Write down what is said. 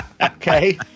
Okay